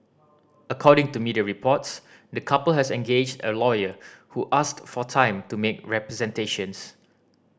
according to media reports the couple has engaged a lawyer who asked for time to make representations